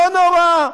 לא נורא,